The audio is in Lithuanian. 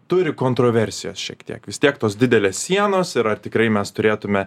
turi kontroversijos šiek tiek vis tiek tos didelės sienos yra tikrai mes turėtume